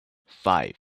five